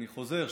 אני חוזר,